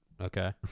Okay